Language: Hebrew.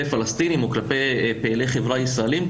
פלסטינים או כלפי פעילי חברה ישראלים,